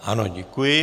Ano, děkuji.